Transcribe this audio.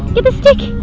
get the stick!